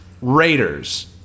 Raiders